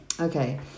okay